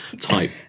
type